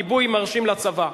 גיבוי מרשים לצבא.